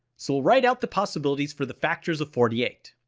so we'll write out the possibilities for the factors of forty eight.